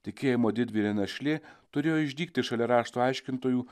tikėjimo didvyrė našlė turėjo išdygti šalia rašto aiškintojų